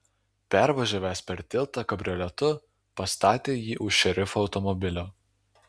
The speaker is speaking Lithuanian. pervažiavęs per tiltą kabrioletu pastatė jį už šerifo automobilio